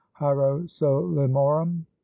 hierosolimorum